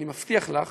אני מבטיח לך